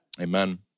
Amen